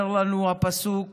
אומר לנו הפסוק